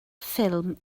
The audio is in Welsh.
ffilm